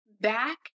back